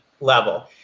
level